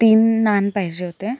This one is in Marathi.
तीन नान पाहिजे होते